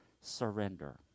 surrender